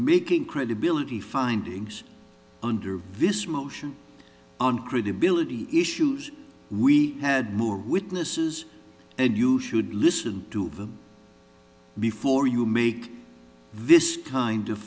making credibility findings under this motion on credibility issues we had more witnesses and you should listen to them before you make this kind of